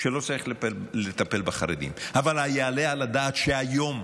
שלא צריך לטפל בחרדים, אבל היעלה על הדעת שהיום,